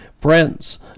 friends